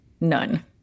None